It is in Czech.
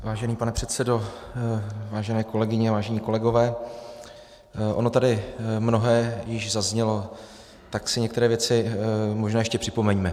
Vážený pane předsedo, vážené kolegyně, vážení kolegové, ono tady mnohé již zaznělo, tak si některé věci možná ještě připomeňme.